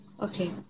Okay